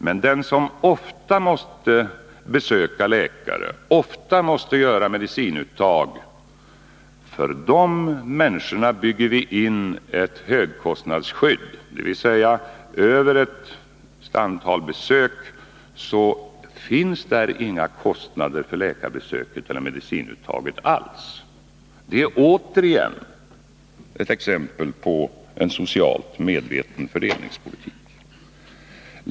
Men för de människor som ofta måste besöka läkare och som ofta måste göra medicinuttag bygger vi in ett högkostnadsskydd, innebärande att man över ett visst antal läkarbesök eller över ett visst medicinuttag inte får några kostnader alls. Även detta är ett exempel på en socialt medveten fördelningspolitik.